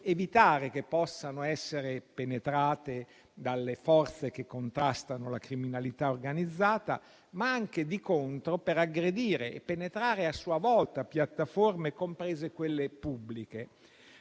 evitare che esse possano essere penetrate dalle forze che contrastano la criminalità organizzata, ma anche, di contro, per aggredire e penetrare a sua volta piattaforme, comprese quelle pubbliche.